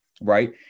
right